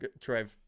Trev